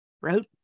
wrote